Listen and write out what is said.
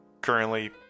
currently